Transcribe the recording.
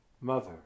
Mother